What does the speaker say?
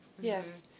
Yes